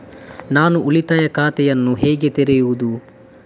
ನಾನು ಉಳಿತಾಯ ಖಾತೆಯನ್ನು ಹೇಗೆ ತೆರೆಯುದು?